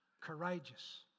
courageous